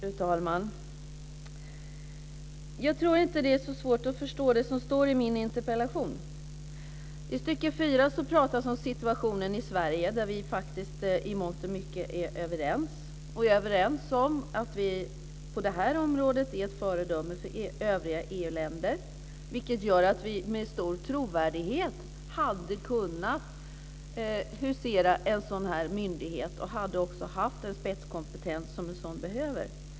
Fru talman! Jag tror inte att det är så svårt att förstå det som står i min interpellation. I stycket 4 talas om situationen i Sverige, där vi i mångt och mycket är överens. Vi är överens om att vi på det här området är ett föredöme för övriga EU-länder. Vi hade med stor trovärdighet kunnat husera en myndighet, och vi hade också haft den spetskompetens som en sådan behöver.